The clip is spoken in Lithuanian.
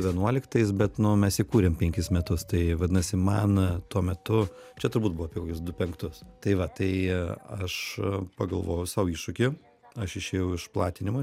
vienuoliktais bet nu mes jį kūrėm penkis metus tai vadinasi man tuo metu čia turbūt buvo apie kokius du penktus tai va tai aš pagalvojau sau iššūkį aš išėjau iš platinimų